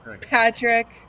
Patrick